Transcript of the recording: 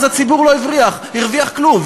הציבור לא הרוויח כלום,